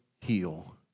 heal